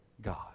God